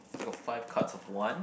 I got five cards of one